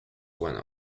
went